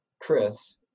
Chris